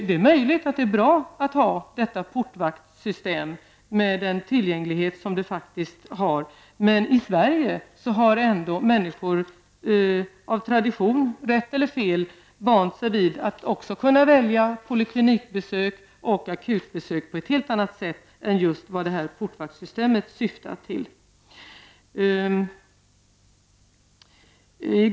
Det är möjligt att det är bra att ha detta portvaktssystem, med den tillgänglighet som det faktiskt har. Men i Sverige har människor av tradition, rätt eller fel, vant sig vid att också kunna välja poliklinikbesök och akutbesök på ett helt annat sätt än det här portvaktssystemet syftar till.